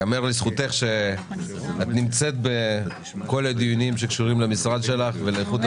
ייאמר לזכותך שאת נמצאת בכל הדיונים שקשורים למשרד שלך ולאיכות הסביבה.